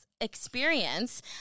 experience